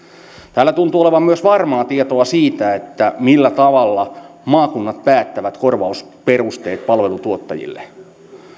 täällä tuntuu olevan myös varmaa tietoa siitä millä tavalla maakunnat päättävät korvausperusteet palveluntuottajille